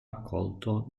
accolto